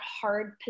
hard